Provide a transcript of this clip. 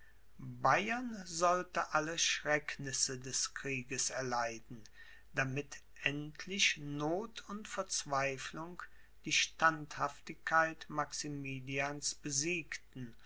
bayern sollte alle schrecknisse des krieges erleiden damit endlich noth und verzweiflung die standhaftigkeit maximilians besiegten